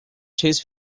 chess